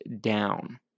down